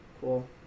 Cool